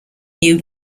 new